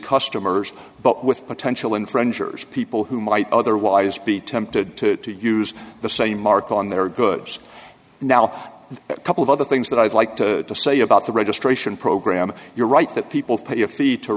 customers but with potential infringers people who might otherwise be tempted to use the same mark on their goods now a couple of other things that i'd like to say about the registration program you're right that people pay a fee to